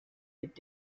mit